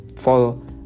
Follow